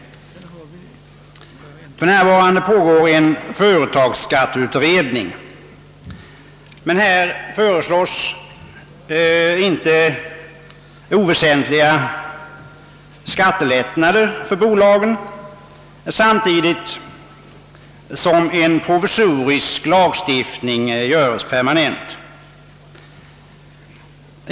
För närvarande pågår en företagsskatteutredning, men här föreslås inte oväsentliga skattelättnader för bolagen, samtidigt som en provisorisk lagstiftning skall göras permanent.